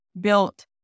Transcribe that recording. built